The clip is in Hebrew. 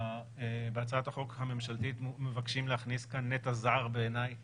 בהצעת החוק הממשלתית מבקשים להכניס כאן נטע זר בעיניי